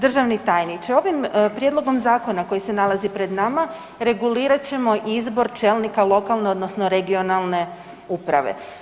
Državni tajniče, ovim Prijedlogom zakona koji se nalazi pred nama regulirat ćemo izbor čelnika lokalne odnosno regionalne uprave.